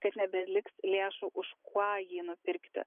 kad nebeliks lėšų už ką jį nupirkti